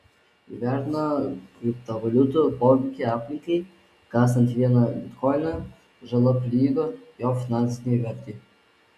įvertino kriptovaliutų poveikį aplinkai kasant vieną bitkoiną žala prilygo jo finansinei vertei